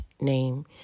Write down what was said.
name